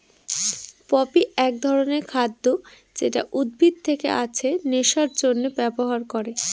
poppy এক ধরনের খাদ্য যেটা উদ্ভিদ থেকে আছে নেশার জন্যে ব্যবহার করে